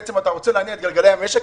אתה בעצם רוצה להניע את גלגלי המשק,